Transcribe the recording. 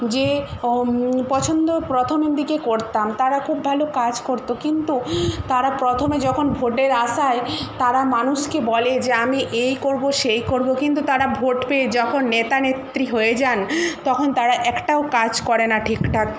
যে পছন্দ প্রথমের দিকে করতাম তারা খুব ভালো কাজ করত কিন্তু তারা প্রথমে যখন ভোটের আশায় তারা মানুষকে বলে যে আমি এই করব সেই করব কিন্তু তারা ভোট পেয়ে যখন নেতা নেত্রী হয়ে যান তখন তারা একটাও কাজ করে না ঠিকঠাক